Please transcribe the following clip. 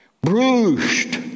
bruised